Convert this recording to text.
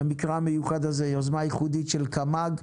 במקרה המיוחד הזה יוזמה ייחודית של קמ"ג.